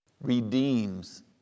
Redeems